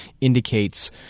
indicates